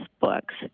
books